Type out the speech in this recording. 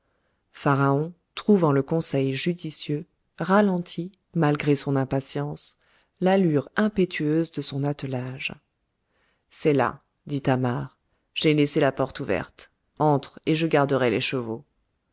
trouvant le conseil judicieux ralentit malgré son impatience l'allure impétueuse de son attelage c'est là dit thamar j'ai laissé la porte ouverte entre et je garderai les chevaux